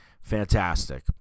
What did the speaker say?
Fantastic